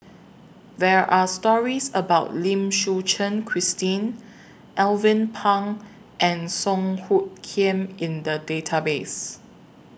There Are stories about Lim Suchen Christine Alvin Pang and Song Hoot Kiam in The Database